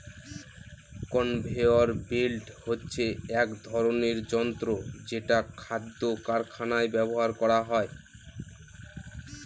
conveyor belt হচ্ছে এক ধরনের যন্ত্র যেটা খাদ্য কারখানায় ব্যবহার করা হয়